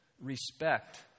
respect